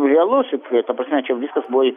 realus šiaip ta prasme čia jau viskas buvo